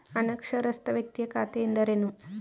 ಅನಕ್ಷರಸ್ಥ ವ್ಯಕ್ತಿಯ ಖಾತೆ ಎಂದರೇನು?